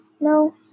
No